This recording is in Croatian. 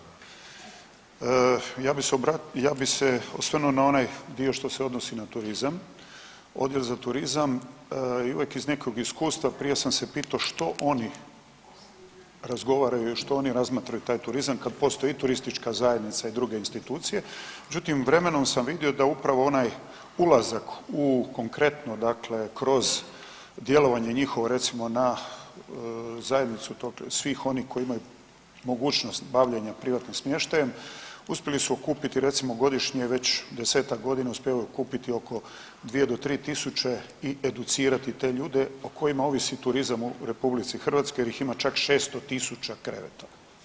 Ja bih se obratio, ja bih se osvrnuo na onaj dio što se odnosi na turizam, odjel za turizam i uvijek iz nekog iskustva, prije sam se pitao što oni razgovaraju i što oni razmatraju taj turizam kad postoji i turistička zajednica i druge institucije, međutim, vremenom sam vidio da upravo onaj ulazak u konkretno dakle kroz djelovanje njihovo recimo na zajednicu tog, svih onih koji imaju mogućnost bavljenja privatnim smještajem, uspjeli su okupiti, recimo, godišnje, već desetak godina uspijevaju kupiti oko 2 do 3 tisuće i educirati te ljude o kojima ovisi turizam u RH jer ih ima čak 600 tisuća kreveta.